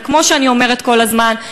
וכמו שאני אומרת כל הזמן,